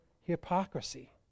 hypocrisy